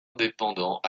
indépendant